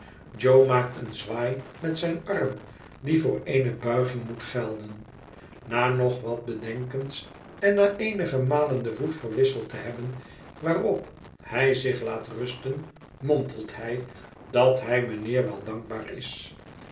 jo maakt een zwaai met zijn arm die voor eene buiging moet gelden na nog wat bedenkens en na eenige malen den voet verwisseld te hebben waarop hij zich laat rusten mompelt hij dat hij mijnheer wel dankbaar is